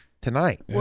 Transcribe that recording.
tonight